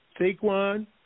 Saquon